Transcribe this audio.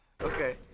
Okay